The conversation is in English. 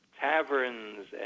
taverns